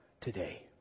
today